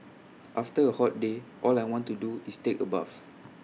after A hot day all I want to do is take A bath